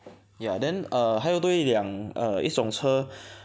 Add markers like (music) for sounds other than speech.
ya then err 还有多一两 err 一种车 (breath)